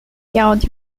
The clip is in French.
quarante